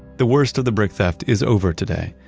the worst of the brick theft is over today.